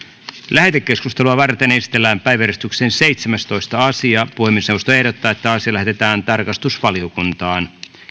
lähetekeskustelua varten esitellään päiväjärjestyksen seitsemästoista asia puhemiesneuvosto ehdottaa että asia lähetetään tarkastusvaliokuntaan